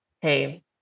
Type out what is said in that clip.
hey